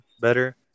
better